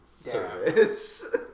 service